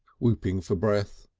whooping for breath,